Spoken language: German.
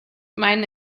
meinen